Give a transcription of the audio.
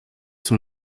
son